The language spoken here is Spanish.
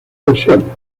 versiones